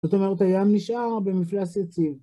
‫זאת אומרת, הים נשאר במפלס יציב.